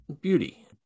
beauty